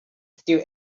still